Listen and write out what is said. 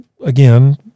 again